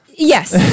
Yes